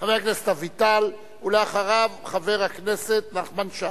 חבר הכנסת אביטל, ואחריו, חבר הכנסת נחמן שי.